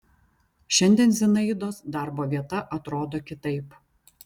šiandien zinaidos darbo vieta atrodo kitaip